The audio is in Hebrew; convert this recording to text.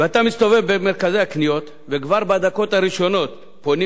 ואתה מסתובב במרכזי הקניות וכבר בדקות הראשונות פונים